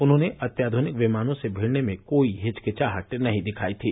उन्होंने अत्याध्रनिक विमानों से भिड़ने में कोई हिचकिचाहट नहीं दिखाई थी